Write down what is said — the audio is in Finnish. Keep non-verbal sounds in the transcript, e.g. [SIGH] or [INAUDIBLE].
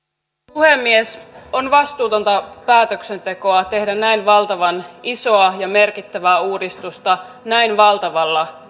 puhemies on vastuutonta päätöksentekoa tehdä näin valtavan isoa ja merkittävää uudistusta näin valtavalla [UNINTELLIGIBLE]